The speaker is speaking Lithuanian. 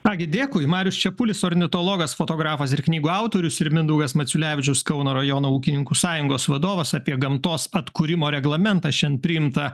ką gi dėkui marius čepulis ornitologas fotografas ir knygų autorius ir mindaugas maciulevičius kauno rajono ūkininkų sąjungos vadovas apie gamtos atkūrimo reglamentą šian priimtą